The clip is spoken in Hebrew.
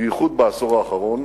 בייחוד בעשור האחרון,